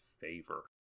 favor